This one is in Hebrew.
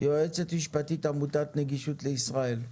יועצת משפטית, עמותת נגישות לישראל.